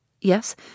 Yes